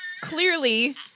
Clearly